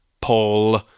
Paul